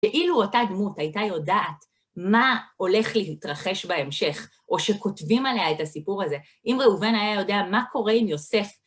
ואילו אותה דמות הייתה יודעת מה הולך להתרחש בהמשך, או שכותבים עליה את הסיפור הזה, אם ראובן היה יודע מה קורה עם יוסף.